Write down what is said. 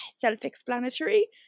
Self-explanatory